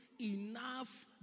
enough